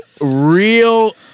real